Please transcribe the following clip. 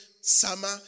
summer